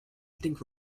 think